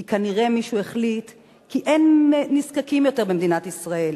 כי כנראה מישהו החליט כי אין נזקקים יותר במדינת ישראל.